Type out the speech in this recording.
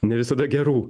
ne visada gerų